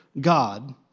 God